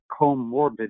comorbid